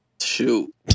Shoot